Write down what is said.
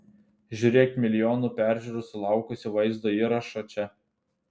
žiūrėk milijonų peržiūrų sulaukusį vaizdo įrašą čia